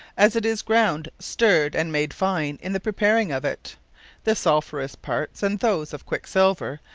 as it is ground, stirred, and made fine, in the preparing of it the sulphurous parts, and those of quick-silver,